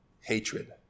hatred